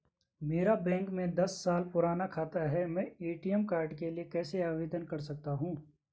मेरा बैंक में दस साल पुराना खाता है मैं ए.टी.एम कार्ड के लिए कैसे आवेदन कर सकता हूँ?